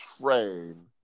train